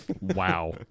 Wow